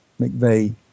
McVeigh